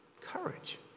Courage